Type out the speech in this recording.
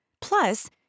Plus